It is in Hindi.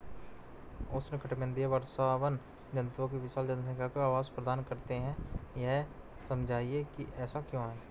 उष्णकटिबंधीय वर्षावन जंतुओं की विशाल जनसंख्या को आवास प्रदान करते हैं यह समझाइए कि ऐसा क्यों है?